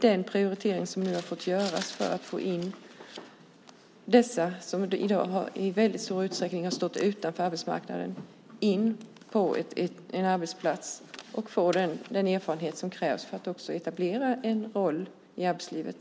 Den prioritering som nu görs är att få in dem som i dag i väldigt stor utsträckning har stått utanför arbetsmarknaden på en arbetsplats så att de kan få den erfarenhet som krävs för att de också ska kunna etablera en roll i arbetslivet.